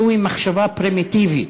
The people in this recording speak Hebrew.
זוהי מחשבה פרימיטיבית,